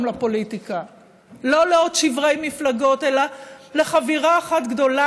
לפוליטיקה לא לעוד שברי מפלגות אלא לחבירה אחת גדולה,